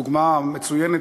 דוגמה מצוינת,